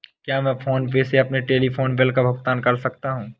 क्या मैं PhonePe से अपने टेलीफोन बिल का भुगतान कर सकता हूँ?